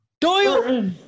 Doyle